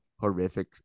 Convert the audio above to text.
horrific